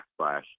backslash